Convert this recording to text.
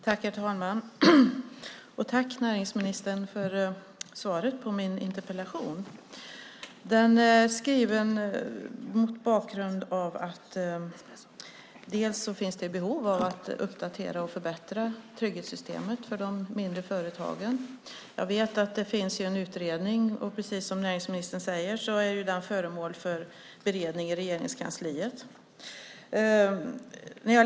Herr talman! Tack, näringsministern, för svaret på min interpellation! Den är skriven mot bakgrund av att det finns behov av att uppdatera och förbättra trygghetssystemen för de mindre företagen. Jag vet att det finns en utredning, och precis som näringsministern säger är den föremål för beredning i Regeringskansliet.